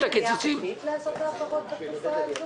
בכלל חוקי לעשות העברות בתקופה הזאת?